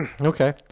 Okay